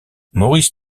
maurice